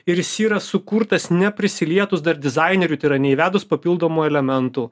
ir jis yra sukurtas neprisilietus dar dizaineriui tai yra neįvedus papildomų elementų